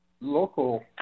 local